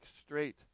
straight